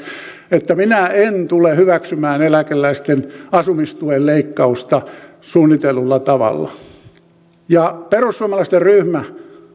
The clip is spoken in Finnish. että minä en tule hyväksymään eläkeläisten asumistuen leikkausta suunnitellulla tavalla perussuomalaisten ryhmä